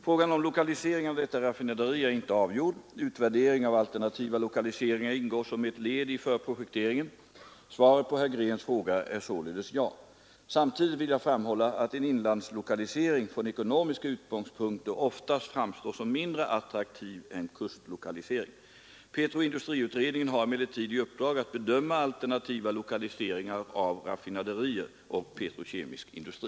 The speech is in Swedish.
Frågan om lokalisering av detta raffinaderi är inte avgjord. Utvärdering av alternativa lokaliseringar ingår som ett led i förprojekteringen. Svaret på herr Greens fråga är således ja. Samtidigt vill jag framhålla att en inlandslokalisering från ekonomiska utgångspunkter oftast framstår som mindre attraktiv än kustlokalisering. Petroindustriutredningen har emellertid i uppdrag att bedöma alternativa lokaliseringar av raffinaderier och petrokemisk industri.